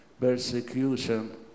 persecution